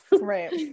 Right